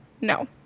no